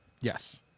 Yes